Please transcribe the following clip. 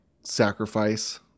sacrifice